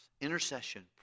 intercession